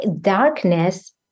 darkness